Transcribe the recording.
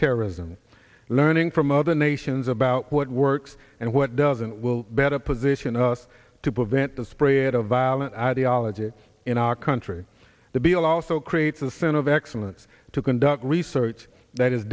terrorism learning from other nations about what works and what doesn't will better position us to prevent the spread of violent ideology in our country to be allowed so creates a sense of excellence to conduct research that is